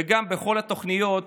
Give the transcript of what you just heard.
וגם בכל התוכניות